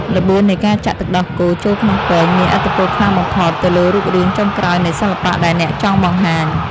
ល្បឿននៃការចាក់ទឹកដោះគោចូលក្នុងពែងមានឥទ្ធិពលខ្លាំងបំផុតទៅលើរូបរាងចុងក្រោយនៃសិល្បៈដែលអ្នកចង់បង្ហាញ។